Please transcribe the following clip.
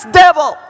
devil